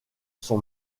son